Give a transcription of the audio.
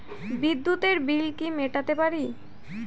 বিদ্যুতের বিল কি মেটাতে পারি?